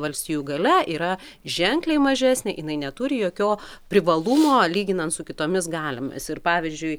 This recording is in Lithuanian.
valstijų galia yra ženkliai mažesnė jinai neturi jokio privalumo lyginant su kitomis galiomis ir pavyzdžiui